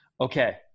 Okay